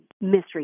mystery